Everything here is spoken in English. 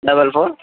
double four